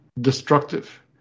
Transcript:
destructive